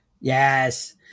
Yes